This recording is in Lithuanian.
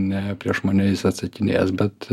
ne prieš mane jis atsakinės bet